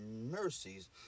mercies